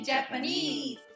Japanese